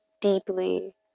deeply